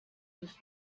just